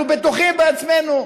אנחנו בטוחים בעצמנו,